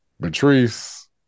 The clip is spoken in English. Patrice